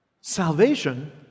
salvation